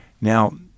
Now